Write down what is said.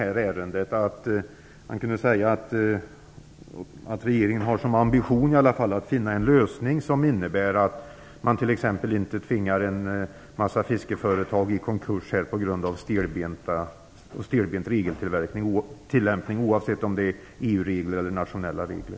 Han kunde t.ex. säga att regeringen åtminstone har ambitionen att finna en lösning som innebär att man inte genom en stelbent regeltillämpning tvingar en mängd fiskeföretag i konkurs, oavsett om det gäller EU regler eller nationella regler.